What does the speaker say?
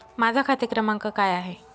माझा खाते क्रमांक काय आहे?